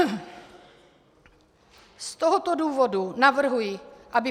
Z tohoto důvodu navrhuji, aby